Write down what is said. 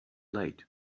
late